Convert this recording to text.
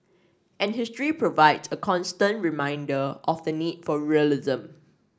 and history provide a constant reminder of the need for realism